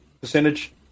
percentage